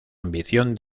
ambición